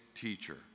teacher